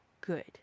good